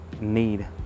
need